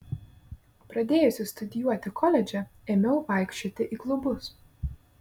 pradėjusi studijuoti koledže ėmiau vaikščioti į klubus